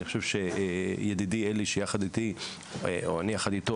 אני חושב שידידי אלי שיחד איתי או אני יחד איתו,